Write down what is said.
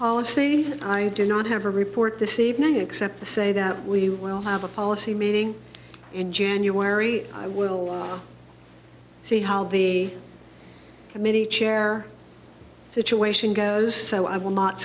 see i do not have a report this evening except to say that we will have a policy meeting in january i will see how the committee chair situation goes so i will not